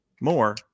more